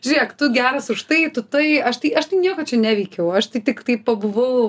žiūrėk tu geras už tai tu tai aš tai aš tai nieko neveikiau aš tai tiktai pabuvau